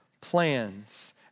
plans